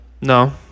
No